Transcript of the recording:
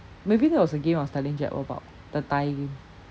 maybe that was the game I was telling jack about the thigh game